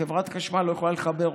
חברת החשמל לא יכולה לחבר אותו.